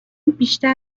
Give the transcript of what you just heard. بیشتر